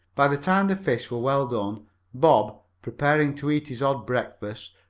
by the time the fish were well done bob, preparing to eat his odd breakfast,